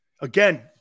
Again